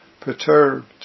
perturbed